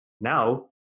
now